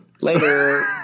later